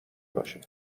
باشه